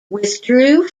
withdrew